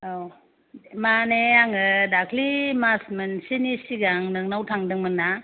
औ माने आङो दाखालै मास मोनसेनि सिगां नोंनाव थांदोंमोन ना